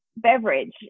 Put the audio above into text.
beverage